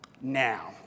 Now